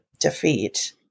defeat